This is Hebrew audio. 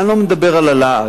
אני לא מדבר על הלעג,